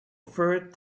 third